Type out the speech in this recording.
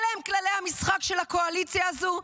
אלה הם כללי המשחק של הקואליציה הזו.